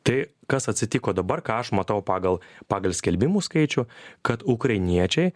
tai kas atsitiko dabar ką aš matau pagal pagal skelbimų skaičių kad ukrainiečiai